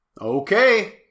Okay